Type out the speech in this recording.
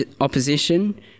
opposition